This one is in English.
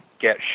get